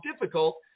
difficult